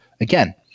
again